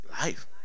life